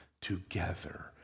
together